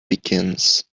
begins